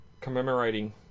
commemorating